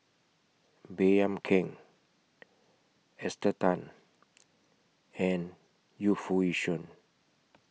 Baey Yam Keng Esther Tan and Yu Foo Yee Shoon